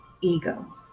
ego